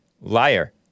Liar